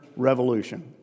Revolution